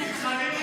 תודה רבה.